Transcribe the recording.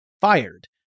fired